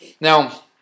Now